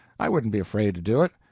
i wouldn't be afraid to do it.